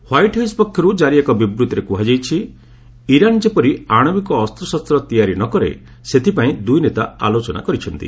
white House ପକ୍ଷରୁ କାରି ଏକ ବିବୃତ୍ତିରେ କୁହାଯାଇଛି ଇରାନ୍ ଯେପରି ଆଶବିକ ଅସ୍ତଶାସ୍ତ ତିଆରି ନ କରେ ସେଥିପାଇଁ ଦୁଇ ନେତା ଆଲୋଚନା କରିଛନ୍ତି